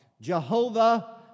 Jehovah